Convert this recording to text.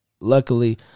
luckily